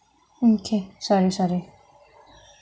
okay sorry sorry